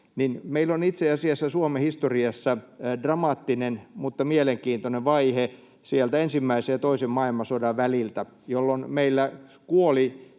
niin meillä on itse asiassa Suomen historiassa dramaattinen mutta mielenkiintoinen vaihe sieltä ensimmäisen ja toisen maailmansodan väliltä, jolloin meillä kuoli